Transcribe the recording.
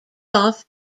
off